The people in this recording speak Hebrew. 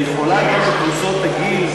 ויכולה לפי קבוצות גיל,